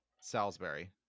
salisbury